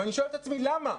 ואני שואל את עצמי: למה?